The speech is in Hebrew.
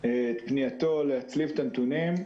את פנייתו להצליב את הנתונים.